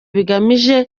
bigamije